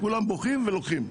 כולם בוכים ולוקחים.